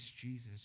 Jesus